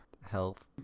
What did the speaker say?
health